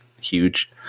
huge